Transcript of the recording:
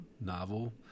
novel